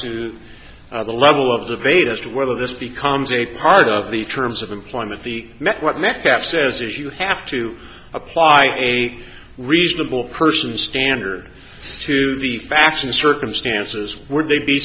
to the level of debate as to whether this becomes a part of the terms of employment the met what met that says you have to apply a reasonable person standard to the facts and circumstances where they be